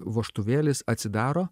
vožtuvėlis atsidaro